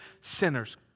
sinners